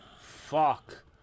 Fuck